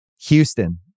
Houston